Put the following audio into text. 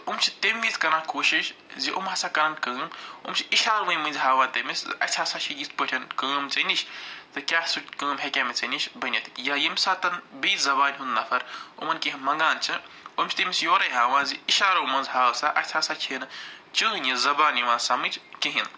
یِم چھِ تَمہِ وِزِ کَران کوٗشِش زِ یِم ہَسا کَرن کٲم یِم چھِ اِشاروٕے منٛز ہاوان تٔمِس اَسہِ ہَسا چھِ یِتھٕ پٲٹھٮ۪ن کٲم ژےٚ نِش تہٕ کیٛاہ سُہ کٲم ہیٚکیٛاہ مےٚ ژےٚ نِش بٔنِتھ یا ییٚمہِ ساتن بیٚیہِ زبانہِ ہُنٛد نفر یِمن کیٚنٛہہ منٛگان چھِ یِم چھِ تٔمِس یورے ہاوان زِ اِشارو منٛز ہاو سا اَسہِ ہَسا چھِنہٕ چٲنۍ یہِ زبان یِوان سمجھ کِہیٖنٛۍ